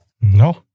No